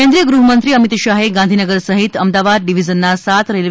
કેન્દ્રિય ગૃહમંત્રી અમિત શાહે ગાંધીનગર સહિત અમદાવાદ ડિવિઝનના સાત રેલ્વે